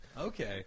Okay